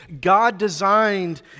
God-designed